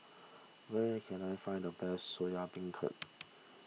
where can I find the best Soya Beancurd